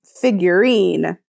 figurine